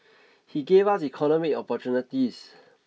he gave us economic opportunities